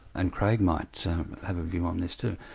and creagh might have a view on this too,